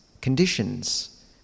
conditions